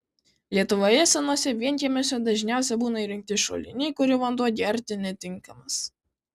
lietuvoje senuose vienkiemiuose dažniausia būna įrengti šuliniai kurių vanduo gerti netinkamas